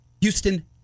Houston